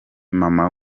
mama